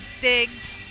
digs